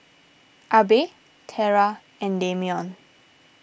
Abe Terra and Dameon